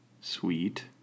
Sweet